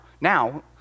now